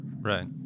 right